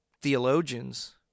theologians